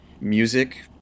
music